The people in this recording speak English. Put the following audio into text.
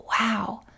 wow